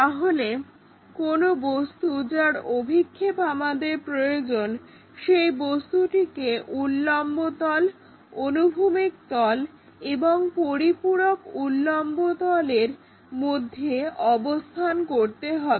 তাহলে কোনো বস্তু যার অভিক্ষেপ আমাদের প্রয়োজন সেই বস্তুটিকে উল্লম্ব তল অনুভূমিক তল এবং এই পরিপূরক উল্লম্ব তলের তল মধ্যে অবস্থান করতে হবে